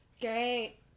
Great